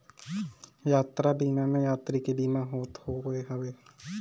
यात्रा बीमा में यात्री के बीमा होत हवे